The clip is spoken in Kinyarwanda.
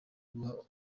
guha